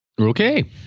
Okay